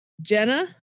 Jenna